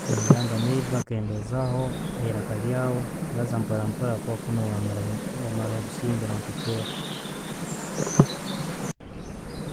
Nemugamba neighbour kendezaho, eiraka lyawe, baaza mpora mpora habwokuba kunnu, wamaraho wamraho obusinge nontokera.